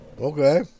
Okay